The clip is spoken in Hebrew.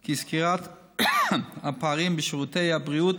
כי סגירת הפערים בשירותי הבריאות